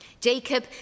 Jacob